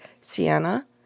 Sienna